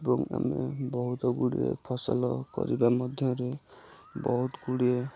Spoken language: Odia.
ଏବଂ ଆମେ ବହୁତ ଗୁଡ଼ିଏ ଫସଲ କରିବା ମଧ୍ୟରେ ବହୁତ ଗୁଡ଼ିଏ